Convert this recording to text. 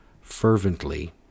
fervently